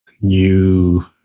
new